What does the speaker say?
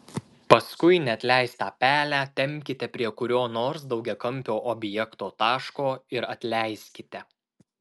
paskui neatleistą pelę tempkite prie kurio nors daugiakampio objekto taško ir atleiskite